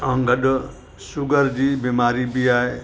ऐं गॾु शुगर जी बीमारी बि आहे